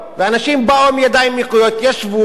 ואנשים באו בידיים נקיות, ישבו,